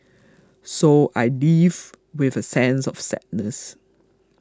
so I leave with a sense of sadness